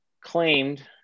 claimed